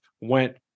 went